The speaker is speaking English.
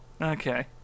Okay